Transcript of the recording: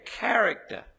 character